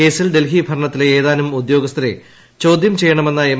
കേസിൽ ഡൽഹി ഭരണത്തിലെ ഏതാനും ഉദ്യോഗസ്ഥരെ ചോദ്യം ചെയ്യണമെന്ന എം